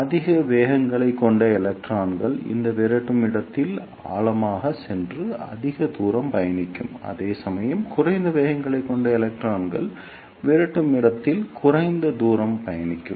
அதிக வேகங்களைக் கொண்ட எலக்ட்ரான்கள் இந்த விரட்டும் இடத்தில் ஆழமாகச் சென்று அதிக தூரம் பயணிக்கும் அதேசமயம் குறைந்த வேகங்களைக் கொண்ட எலக்ட்ரான்கள் விரட்டும் இடத்தில் குறைந்த தூரம் பயணிக்கும்